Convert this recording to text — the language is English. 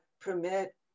permit